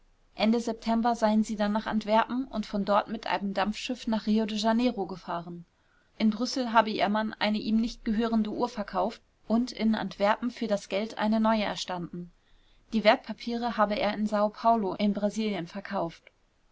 ende september seien sie dann nach antwerpen und von dort mit einem dampfschiff nach rio de janeiro gefahren in brüssel habe ihr mann eine ihm nicht gehörende uhr verkauft und in antwerpen für das geld eine neue erstanden die wertpapiere habe er in sao paolo in brasilien verkauft